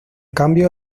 cambio